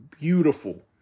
beautiful